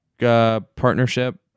partnership